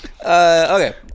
Okay